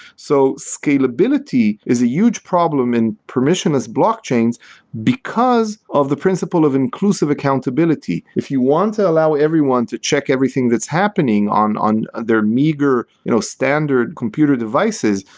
so scalability is a huge problem in permissionless blockchains because of the principle of inclusive accountability. if you want to allow everyone to check everything that's happening on on their meager you know standard computer devices,